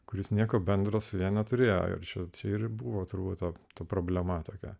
kuris nieko bendro su ja neturėjo ir šilti ir buvo traumuota ta problematika